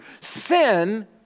sin